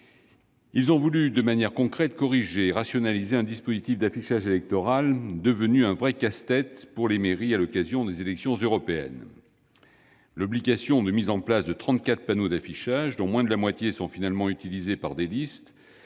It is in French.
ont voulu, de manière concrète, corriger et rationaliser un dispositif d'affichage électoral devenu un vrai casse-tête pour les mairies à l'occasion des élections européennes. L'obligation de mise en place de trente-quatre panneaux d'affichage, dont moins de la moitié a finalement été utilisée par les listes